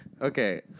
Okay